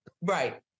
Right